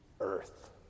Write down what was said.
earth